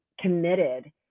committed